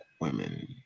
women